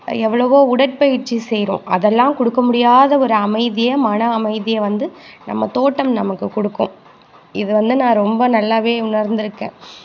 எவ்வளோவோ உடற்பயிற்சி செய்கிறோம் அதெல்லாம் கொடுக்க முடியாத ஒரு அமைதியை மன அமைதியை வந்து நம்ம தோட்டம் நமக்கு கொடுக்கும் இது வந்து நான் ரொம்ப நல்லாவே உணர்ந்திருக்கேன்